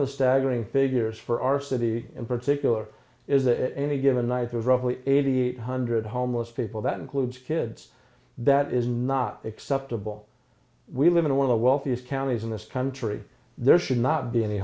of the staggering figures for our city in particular is that any given night of roughly eighty eight hundred homeless people that includes kids that is not acceptable we live in one of the wealthiest counties in this country there should not be any